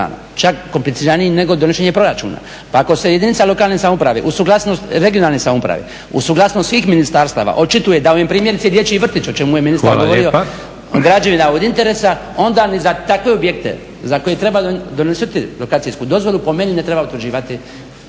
čak kompliciraniji nego donošenje proračuna. Pa ako se jedinica lokalne samouprave uz suglasnost regionalne samouprave, uz suglasnost svih ministarstava očituje da u primjerice dječji vrtić o čemu je ministar govorio …/Upadica predsjednik: Hvala lijepa./… …/Govornik se ne razumije./… od interesa onda ni za takve objekte za koje treba donositi lokacijsku dozvolu po meni ne treba utvrđivati